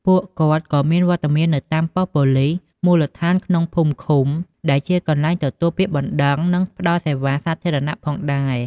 ពួកគាត់ក៏មានវត្តមាននៅតាមប៉ុស្តិ៍ប៉ូលិសមូលដ្ឋានក្នុងភូមិឃុំ ដែលជាកន្លែងទទួលពាក្យបណ្ដឹង និងផ្តល់សេវាសាធារណៈផងដែរ។